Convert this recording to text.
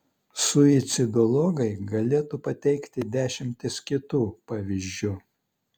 suicidologai galėtų pateikti dešimtis kitų pavyzdžių